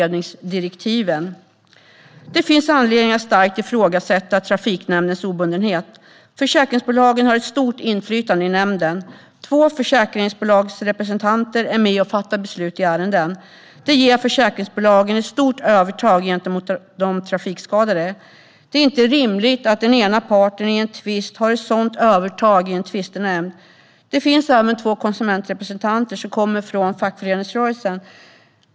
Det finns anledning att starkt ifrågasätta Trafikskadenämndens obundenhet. Försäkringsbolagen har ett stort inflytande i nämnden. Två försäkringsbolagsrepresentanter är med och fattar beslut i ärenden. Det ger försäkringsbolagen ett stort övertag gentemot de trafikskadade. Det är inte rimligt att den ena parten i en tvist har ett sådant övertag i en tvistenämnd. Det finns även två konsumentrepresentanter som kommer från fackföreningsrörelsen.